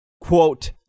quote